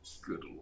Good